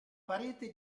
parete